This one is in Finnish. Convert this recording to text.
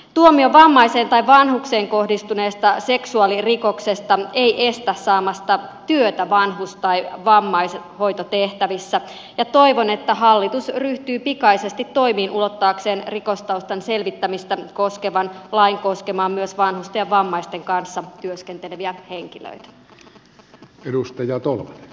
tuomio vammaiseen tai vanhukseen kohdistuneesta seksuaalirikoksesta ei estä saamasta työtä vanhus tai vammaishoitotehtävissä ja toivon että hallitus ryhtyy pikaisesti toimiin ulottaakseen rikostaustan selvittämistä koskevan lain koskemaan myös vanhusten ja vammaisten kanssa työskenteleviä henkilöitä